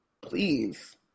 Please